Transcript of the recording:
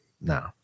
No